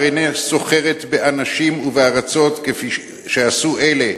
אשר אינה סוחרת באנשים ובארצות כפי שעשו אלה